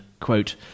quote